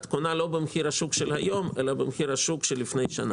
את קונה לא במחיר השוק של היום אלא במחיר השוק של לפני שנה.